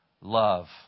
love